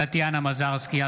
טטיאנה מזרסקי,